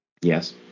Yes